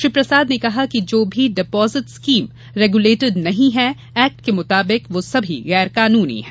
श्री प्रसाद ने कहा कि जो भी डिपोजिट स्कीम रेगुलेटेड नहीं हैं एक्ट के मुताबिक वो सभी गैरकानूनी है